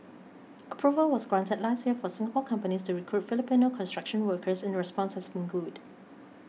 approval was granted last year for Singapore companies to recruit Filipino construction workers and response has been good